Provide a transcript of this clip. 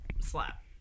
Slap